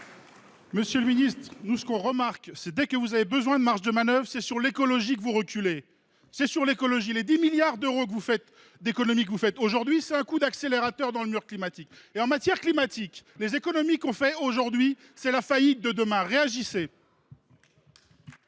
Monsieur le ministre, nous remarquons que, dès que vous avez besoin de marges de manœuvre, c’est sur l’écologie que vous reculez. Les 10 milliards d’euros d’économies que vous faites aujourd’hui, c’est un coup d’accélérateur vers le mur climatique. Et, en la matière, les économies faites aujourd’hui, c’est la faillite de demain. Réagissez